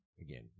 again